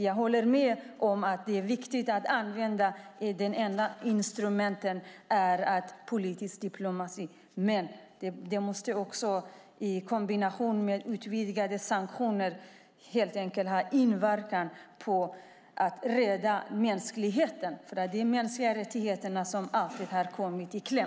Jag håller med om att det är viktigt att använda instrumentet politisk diplomati. Men det måste ske i kombination med utvidgade sanktioner som har inverkan för att rädda människor. De mänskliga rättigheterna har alltid kommit i kläm.